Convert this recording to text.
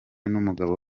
n’umugabo